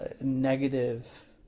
negative